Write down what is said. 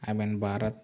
I mean Bharat